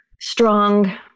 strong